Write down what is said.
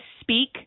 speak